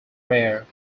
rare